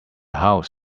house